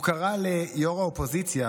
הוא קרא ליו"ר האופוזיציה,